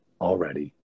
already